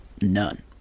None